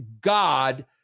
God